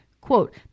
Quote